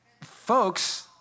Folks